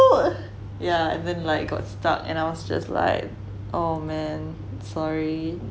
yeah and then like got stuck and I was just like oh man sorry